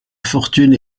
fortune